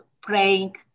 praying